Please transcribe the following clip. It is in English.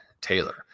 Taylor